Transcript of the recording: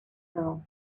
now